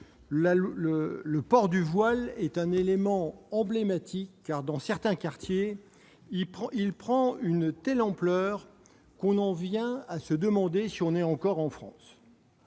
le port du voile est un élément emblématique, car, dans certains quartiers, il prend une telle ampleur que l'on en vient à se demander si l'on est encore en France